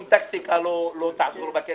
זה טקטיקה מוכרת.